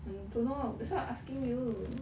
I don't know that why I asking you